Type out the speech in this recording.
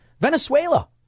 Venezuela